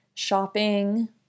shopping